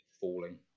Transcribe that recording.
falling